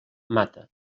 mata